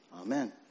Amen